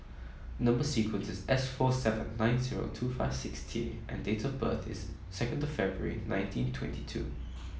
number sequence is S four seven nine zero two five six T and date of birth is second February nineteen twenty two